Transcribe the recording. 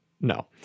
no